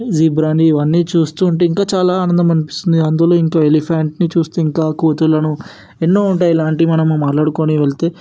జీబ్రాని ఇవన్నీ చూస్తూ ఉంటే ఇంకా చాలా ఆనందం అనిపిస్తుంది అందులో ఇంకా ఎలిఫెంట్ని చూస్తే ఇంకా కోతులను ఎన్నో ఉంటాయి ఇలాంటియి మనము మాట్లాడుకుని వెళ్తే